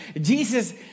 Jesus